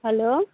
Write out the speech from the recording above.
hello